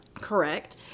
Correct